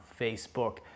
Facebook